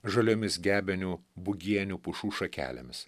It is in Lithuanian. žaliomis gebenių bugienių pušų šakelėmis